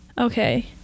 Okay